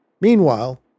Meanwhile